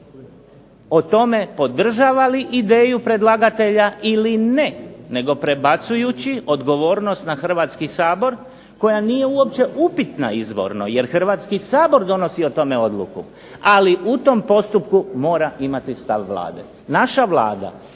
o tome podržava li ideju predlagatelja ili ne, nego prebacujući odgovornost na Hrvatski sabor koja nije uopće upitna izvorno. Jer Hrvatski sabor donosi o tome odluku, ali u tom postupku mora imati stav Vlade.